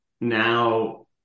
now